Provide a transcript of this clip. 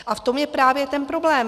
A v tom je právě ten problém.